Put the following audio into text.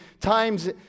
times